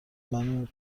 منو